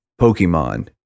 Pokemon